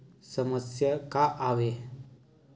समस्या का आवे?